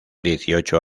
dieciocho